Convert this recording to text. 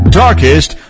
darkest